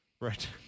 Right